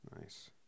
Nice